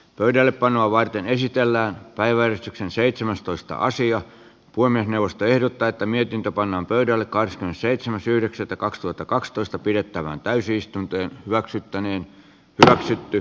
pöydällepanoa varten esitellään päiväystyksen seitsemästoista asian puiminen neuvosto ehdottaa että mietintö pannaan pöydälle kahdeskymmenesseitsemäs yhdeksättä kaksituhattakaksitoista pidettävään täysistuntojen hyväksyttäneen kaksi yv